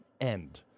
end